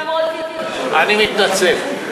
אני מתנצל.